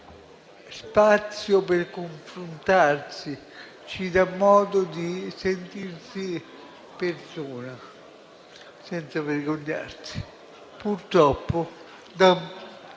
spazio per confrontarsi, ci dà modo di sentirsi persona senza vergognarsi. Purtroppo di